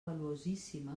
valuosíssima